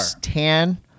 Tan